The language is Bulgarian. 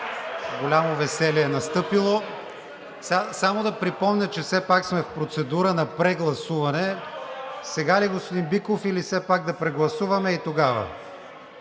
КРИСТИАН ВИГЕНИН: Само да припомня, че все пак сме в процедура на прегласуване. Сега ли, господин Биков, или все пак да прегласуваме и тогава?